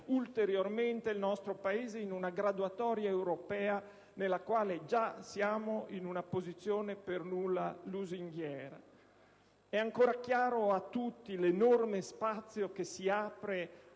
ulteriormente il nostro Paese in una graduatoria europea nella quale già siamo in una posizione per nulla lusinghiera. È ancora chiaro a tutti l'enorme spazio che si apre